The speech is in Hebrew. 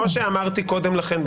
כמו שאמרתי קודם לכן,